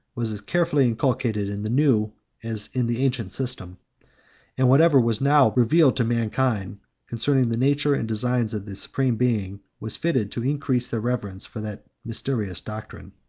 was as carefully inculcated in the new as in the ancient system and whatever was now revealed to mankind concerning the nature and designs of the supreme being, was fitted to increase their reverence for that mysterious doctrine.